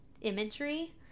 imagery